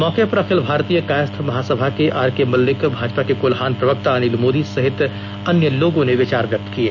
मौके पर अखिल भारतीय कायस्थ महासभा के आरके मल्लिक भाजपा के कोल्हान प्रवक्ता अनिल मोदी सहित अन्य लोगों ने विचार व्यक्त किये